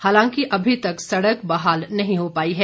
हालांकि अभी तक सड़क बहाल नहीं हो पाई है